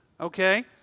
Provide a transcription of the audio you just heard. okay